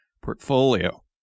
portfolio